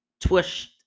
twist